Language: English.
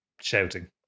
shouting